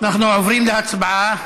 אנחנו עוברים להצבעה.